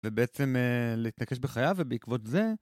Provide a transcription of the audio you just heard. ובעצם להתנקש בחייו, ובעקבות זה...